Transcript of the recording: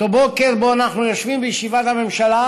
אותו בוקר שבו אנחנו יושבים בישיבת הממשלה